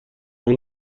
اون